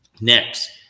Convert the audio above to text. Next